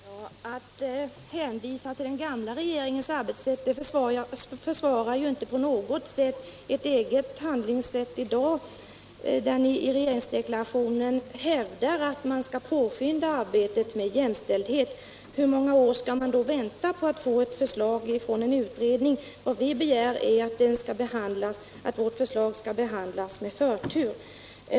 Herr talman! Genom att hänvisa till den gamla regeringens arbetssätt kan ni ju inte på något vis försvara ert eget handlingssätt i dag. Ni hävdar i regeringsdeklarationen att man skall påskynda arbetet med jämställdhet. Hur många år skall man då vänta på att få ett förslag från en utredning? Vad vi begär är att vårt förslag skall behandlas med förtur.